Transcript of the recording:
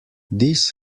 this